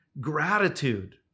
gratitude